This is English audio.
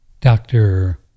Doctor